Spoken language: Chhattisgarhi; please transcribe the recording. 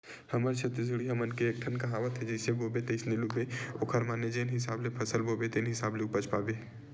हमर छत्तीसगढ़िया मन के एकठन कहावत हे जइसे बोबे तइसने लूबे ओखर माने जेन हिसाब ले फसल बोबे तेन हिसाब ले उपज पाबे